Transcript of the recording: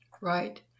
Right